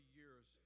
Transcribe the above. years